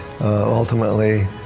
ultimately